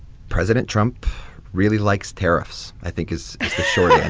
president trump really likes tariffs, i think, is the short